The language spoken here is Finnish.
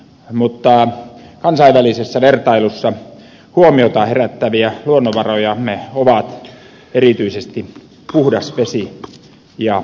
mutta kansainvälisessä vertailussa huomiota herättäviä luonnonvarojamme ovat erityisesti puhdas vesi ja puhdas viljelysmaa